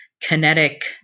kinetic